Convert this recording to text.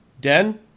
Den